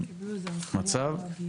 המצב.